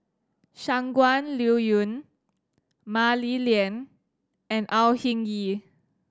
Shangguan Liuyun Mah Li Lian and Au Hing Yee